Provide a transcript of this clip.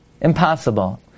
Impossible